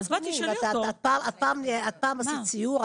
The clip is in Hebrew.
את פעם עשית סיור?